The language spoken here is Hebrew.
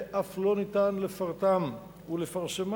ואף לא ניתן לפרטם ולפרסמם.